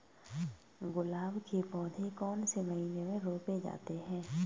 गुलाब के पौधे कौन से महीने में रोपे जाते हैं?